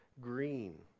green